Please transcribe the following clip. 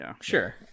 Sure